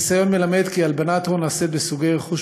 הניסיון מלמד כי הלבנת הון נעשית בסוגי רכוש